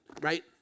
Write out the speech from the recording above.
right